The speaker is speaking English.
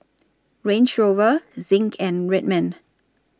Range Rover Zinc and Red Man